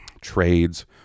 trades